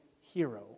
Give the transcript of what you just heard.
hero